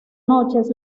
noches